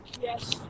Yes